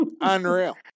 Unreal